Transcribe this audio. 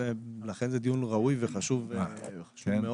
לכן, זהו דיון ראוי וחשוב מאוד.